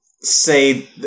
say